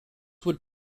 would